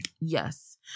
Yes